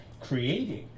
creating